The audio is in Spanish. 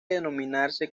denominarse